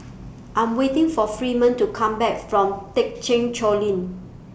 I'm waiting For Freeman to Come Back from Thekchen Choling